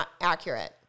accurate